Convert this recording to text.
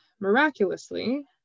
Miraculously